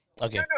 Okay